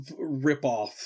ripoff